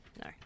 No